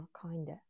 kinder